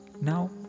Now